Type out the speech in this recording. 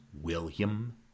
William